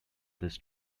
this